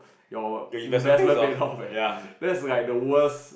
your investment paid off eh that's like the worst